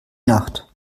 nacht